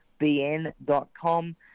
bn.com